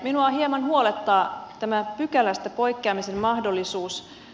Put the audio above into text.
minua hieman huolettaa tämä pykälästä poikkeamisen mahdollisuus